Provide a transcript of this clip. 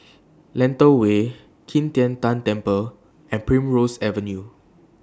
Lentor Way Qi Tian Tan Temple and Primrose Avenue